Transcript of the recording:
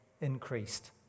increased